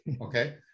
Okay